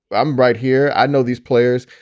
i'm right here. i know these players.